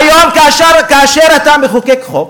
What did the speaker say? היום, כאשר אתה מחוקק חוק,